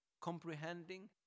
comprehending